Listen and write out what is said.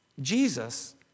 Jesus